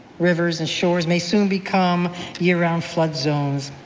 rivers and shores, may soon become year-round flood zones.